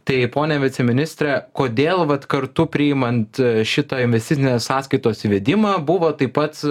tai ponia viceministre kodėl vat kartu priimant šitą investicinės sąskaitos įvedimą buvo taip pat